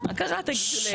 מה קרה לבית הנבחרים שלנו?